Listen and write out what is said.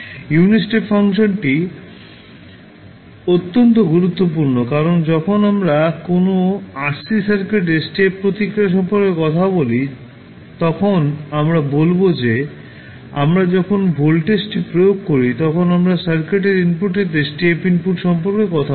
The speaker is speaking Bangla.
ইউনিট স্টেপ ফাংশনটি অত্যন্ত গুরুত্বপূর্ণ কারণ যখন আমরা কোনও RC সার্কিটের স্টেপ প্রতিক্রিয়া সম্পর্কে কথা বলি তখন আমরা বলব যে আমরা যখন ভোল্টেজটি প্রয়োগ করি তখন আমরা সার্কিটের ইনপুটটিতে স্টেপ ইনপুট সম্পর্কে কথা বলি